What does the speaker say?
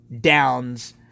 Downs